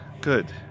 Good